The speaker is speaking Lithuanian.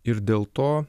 ir dėl to